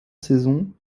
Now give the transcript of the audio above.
saison